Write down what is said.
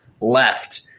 left